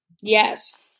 Yes